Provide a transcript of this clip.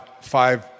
five